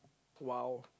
!wow!